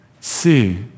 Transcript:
see